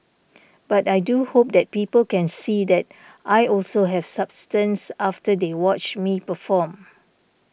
but I do hope that people can see that I also have substance after they watch me perform